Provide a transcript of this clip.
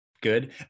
good